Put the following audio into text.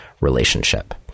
relationship